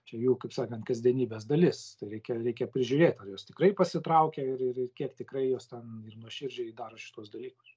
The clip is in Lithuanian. čia jų kaip sakant kasdienybės dalis reikia reikia prižiūrėt ar jos tikrai pasitraukė ir ir kiek tikrai jos ten ir nuoširdžiai daro šituos dalykus